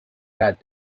that